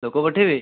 ଲୋକ ପଠେଇବେ